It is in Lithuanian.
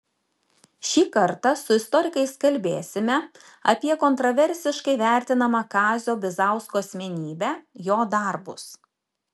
šį kartą su istorikais kalbėsime apie kontraversiškai vertinamą kazio bizausko asmenybę jo darbus